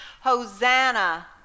Hosanna